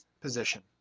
position